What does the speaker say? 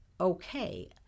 okay